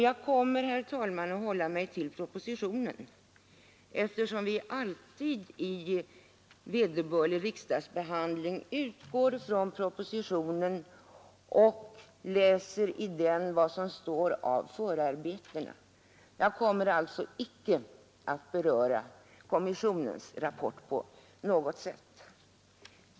Jag kommer i det följande att hålla mig till propositionen, eftersom vi alltid vid riksdagsbehandlingen utgår från den och läser vad som i denna tagits upp av förarbetena. Jag kommer alltså icke att beröra kommissionens rapport.